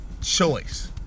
choice